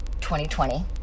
2020